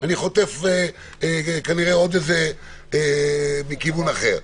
אני חוטף כנראה מכיוון אחר.